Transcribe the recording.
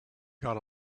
got